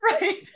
right